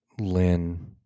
Lynn